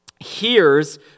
hears